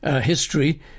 history